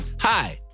hi